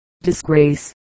disgrace